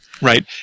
Right